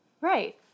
Right